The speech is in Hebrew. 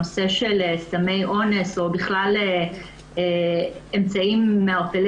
הנושא של סמי אונס או בכלל אמצעים מערפלי